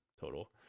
total